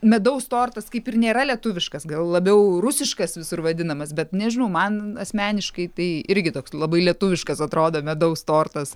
medaus tortas kaip ir nėra lietuviškas gal labiau rusiškas visur vadinamas bet nežinau man asmeniškai tai irgi toks labai lietuviškas atrodo medaus tortas